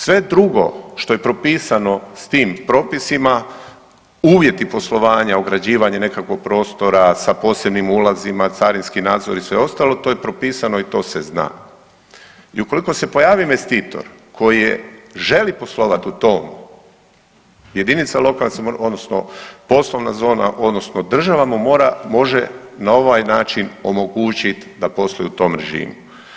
Sve drugo što je propisano s tim propisima, uvjeti poslovanja, ograđivanje nekakvog prostora sa posebnim ulazima, carinski nadzor i sve ostalo, to je propisano i to se zna i ukoliko se pojavi investitor koji želi poslovati u tom jedinice lokalne samouprave odnosno poslovna zona odnosno država mu mora, može na ovaj način omogućiti da posluju u tom režimu.